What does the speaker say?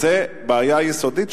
זו בעיה יסודית,